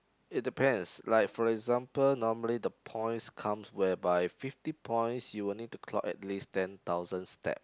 it depends like for example normally the points comes whereby fifty points you will need to clock at least ten thousand steps